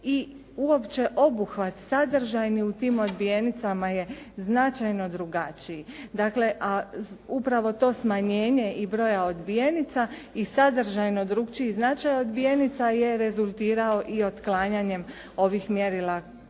uopće obuhvat sadržajni u tim odbijenicama je značajno drugačiji. Dakle, a upravo to smanjenje i broja odbijenica i sadržajno drukčiji značaj odbijenica je rezultirao i otklanjanjem ovih mjerila odnosno